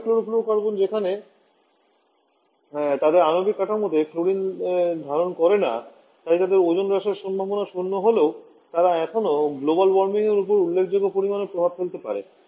hydrofluorocarbon যেখানে তাদের আণবিক কাঠামোতে ক্লোরিন ধারণ করে না তাই তাদের ওজোন হ্রাসের সম্ভাবনা শূন্য হলেও তারা এখনও গ্লোবাল ওয়ার্মিংয়ের উপর উল্লেখযোগ্য পরিমাণে প্রভাব ফেলতে পারে